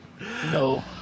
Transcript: No